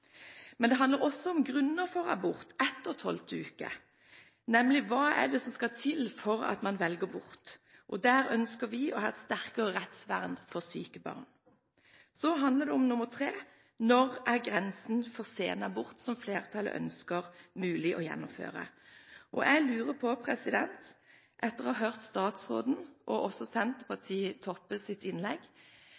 Men det handler også om grunner for abort etter 12. uke, nemlig om hva som skal til for at man velger bort. Der ønsker vi et sterkere rettsvern for syke barn. Det tredje punktet handler om hvilken grense flertallet ønsker skal gjelde for mulig innvilgelse av senabort. Etter å ha hørt statsråden og